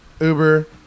Uber